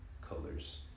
colors